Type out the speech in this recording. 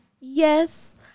Yes